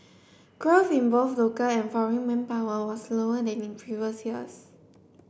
growth in both local and foreign manpower was slower than in previous years